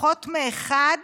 פחות מאחד